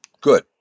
Good